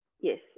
Yes